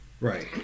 Right